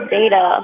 Data